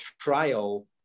trial